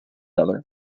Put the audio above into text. other